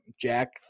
Jack